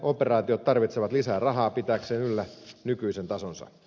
operaatiot tarvitsevat lisää rahaa pitääkseen yllä nykyisen tasonsa